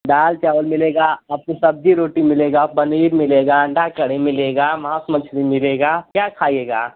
दाल चावल मिलेगा आपको सब्ज़ी रोटी मिलेगा पनीर मिलेगा अंडा करी मिलेगा मास मछली मिलेगा क्या खाइएगा आप